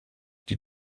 die